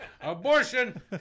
Abortion